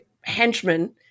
henchmen